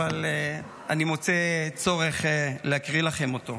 אבל אני מוצא צורך להקריא לכם אותו,